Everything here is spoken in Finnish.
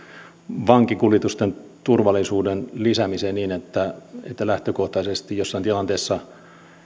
vankikuljetusten turvallisuuden lisäämiseen niin että että lähtökohtaisesti jossain tilanteessa